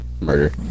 Murder